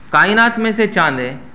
کائنات میں سے چاند ہے